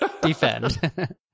defend